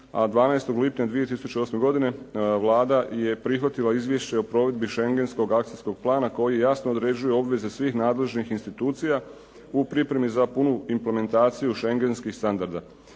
12. lipnja 2008. godine Vlada je prihvatila izvješće o provedbi Schengenskog akcijskog plana koji jasno određuje obveze svih nadležnih institucija u pripremi za punu implementaciju schengenskih standarda.